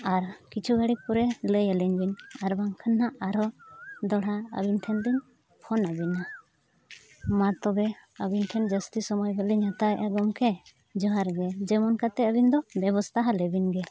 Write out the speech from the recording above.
ᱟᱨ ᱠᱤᱪᱷᱩ ᱜᱷᱟᱹᱲᱤᱡ ᱯᱚᱨᱮ ᱞᱟᱹᱭᱟᱞᱤᱧ ᱵᱤᱱ ᱟᱨ ᱵᱟᱝᱠᱷᱟᱱ ᱱᱟᱦᱟᱜ ᱟᱨᱦᱚᱸ ᱫᱚᱦᱲᱟ ᱟᱹᱵᱤᱱ ᱴᱷᱮᱱ ᱞᱤᱧ ᱟᱹᱵᱤᱱ ᱱᱟᱦᱟᱜ ᱢᱟ ᱛᱚᱵᱮ ᱟᱹᱵᱤᱱ ᱴᱷᱮᱱ ᱡᱟᱹᱥᱛᱤ ᱥᱳᱢᱚᱭ ᱵᱷᱟᱞᱤᱧ ᱦᱟᱛᱟᱣ ᱮᱫᱼᱟ ᱜᱚᱢᱠᱮ ᱡᱚᱦᱟᱨ ᱜᱮ ᱡᱮᱢᱚᱱ ᱠᱟᱛᱮᱫ ᱟᱹᱵᱤᱱ ᱫᱚ ᱵᱮᱵᱚᱥᱛᱷᱟ ᱦᱟᱞᱮᱵᱤᱱ ᱜᱮ